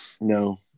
No